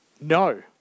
No